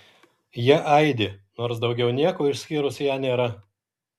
jie aidi nors daugiau nieko išskyrus ją nėra